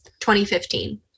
2015